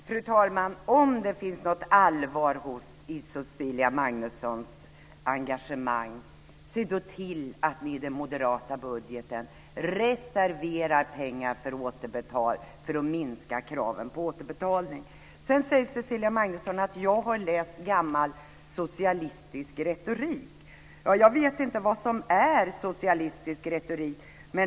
Fru talman! Om det finns något allvar i Cecilia Magnussons engagemang, se då till att ni i den moderata budgeten reserverar pengar för att minska kraven på återbetalning. Cecilia Magnusson säger att jag har läst gammal socialistisk retorik. Jag vet inte vad som är socialistisk retorik.